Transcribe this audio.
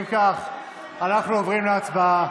אם כך אנחנו עוברים להצבעה,